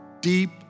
deep